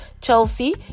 Chelsea